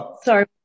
sorry